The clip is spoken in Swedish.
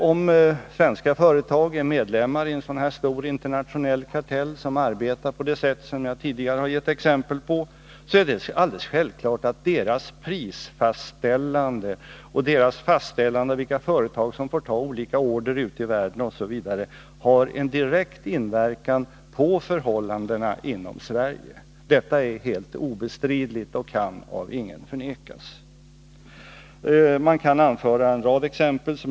Om svenska företag är medlemmar i en sådan här stor kartell, som arbetar på det sätt som jag tidigare har gett exempel på, är det självklart att deras fastställande av pris och fastställande av vilka företag som får ta olika order ute i världen osv. har direkt inverkan på förhållandena i Sverige. Det är helt obestridligt och kan av ingen förnekas.